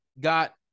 got